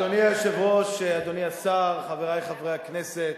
אדוני היושב-ראש, אדוני השר, חברי חברי הכנסת,